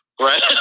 Right